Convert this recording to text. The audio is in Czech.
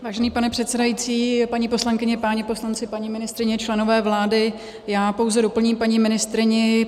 Vážený pane předsedající, paní poslankyně, páni poslanci, paní ministryně, členové vlády, já pouze doplním paní ministryni.